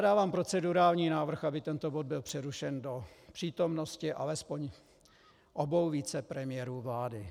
Dávám procedurální návrh, aby tento bod byl přerušen do přítomnosti alespoň obou vicepremiérů vlády.